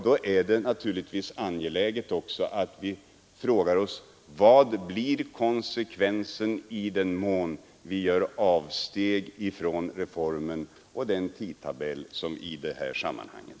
Det är då naturligtvis också angeläget att vi frågar oss: Vad blir konsekvensen om vi gör avsteg från tidtabellen för reformens genomförande i detta sammanhang?